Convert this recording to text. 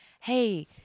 hey